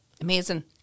Amazing